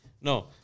No